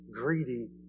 greedy